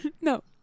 No